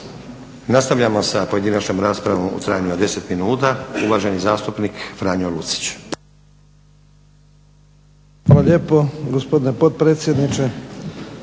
Nastavljamo sa pojedinačnom raspravom u trajanju od 10 minuta. Uvaženi zastupnik Franjo Lucić. **Lucić, Franjo (HDZ)** Hvala lijepo, gospodine potpredsjedniče.